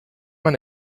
man